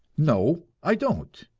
no, i don't.